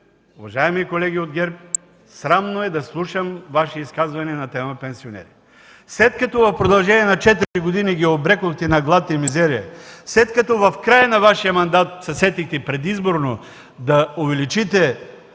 Уважаеми колеги от ГЕРБ, срамно е да слушам Ваши изказвания на тема „пенсионери”. След като в продължение на 4 години ги обрекохте на глад и мизерия, след като в края на Вашия мандат се сетихте предизборно да увеличите